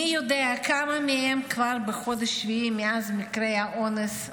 מי יודע כמה מהן כבר בחודש שביעי מאז מקרי האונס האכזריים?